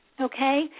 okay